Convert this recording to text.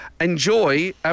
enjoy